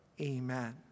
Amen